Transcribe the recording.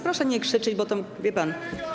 Proszę nie krzyczeć, bo wie pan.